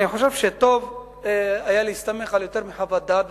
אני חושב שטוב היה להסתמך על יותר מחוות דעת אחת.